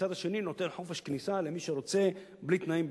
והצד השני נותן חופש כניסה למי שרוצה בלי תנאים,